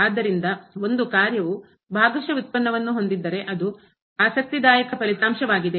ಆದ್ದರಿಂದ ಒಂದು ಕಾರ್ಯವು ಭಾಗಶಃ ವ್ಯುತ್ಪನ್ನವನ್ನು ಹೊಂದಿದ್ದರೆ ಅದು ಆಸಕ್ತಿದಾಯಕ ಫಲಿತಾಂಶವಾಗಿದೆ